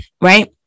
Right